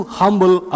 humble